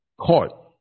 caught